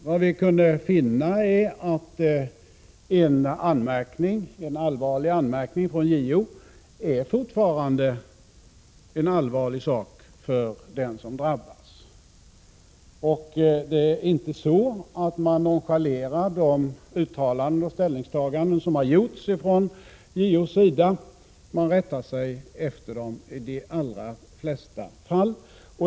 Vi kunde finna att en anmärkning från JO fortfarande är en allvarlig sak för den som drabbas. Människor nonchalerar inte de uttalanden och ställningstaganden som gjorts från JO. De rättar sig efter dem i de allra flesta fall.